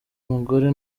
umugore